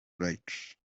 bright